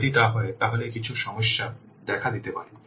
যদি তা হয় তাহলে কিছু সমস্যা দেখা দিতে পারে